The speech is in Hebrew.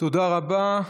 תודה רבה.